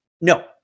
No